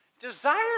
Desire